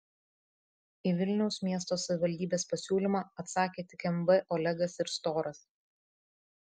į vilniaus miesto savivaldybės pasiūlymą atsakė tik mb olegas ir storas